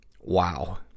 Wow